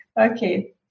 Okay